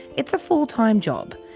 it's a full-time job.